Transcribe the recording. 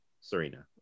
Serena